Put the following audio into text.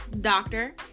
doctor